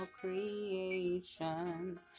creation